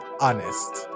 honest